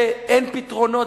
שאין פתרונות,